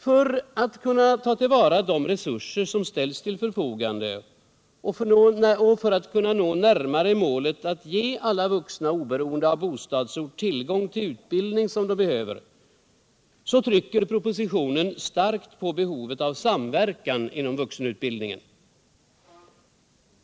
För att kunna tillvarata de resurser som ställs till förfogande och för att kunna nå närmare målet att ge alla vuxna, oberoende av bostadsort, tillgång till den utbildning de behöver, trycker propositionen starkt på behovet av samverkan inom vuxenutbildningen.